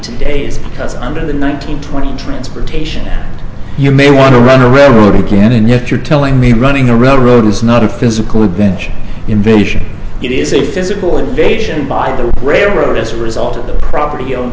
today is because under the nineteen twenty transportation you may want to run a railroad again in it you're telling me running a railroad is not a physical adventure invasion it is a physical invasion by the railroad as a result the property own